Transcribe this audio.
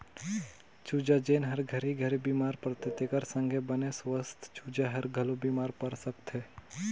चूजा जेन हर घरी घरी बेमार परथे तेखर संघे बने सुवस्थ चूजा हर घलो बेमार पर सकथे